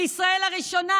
מישראל הראשונה,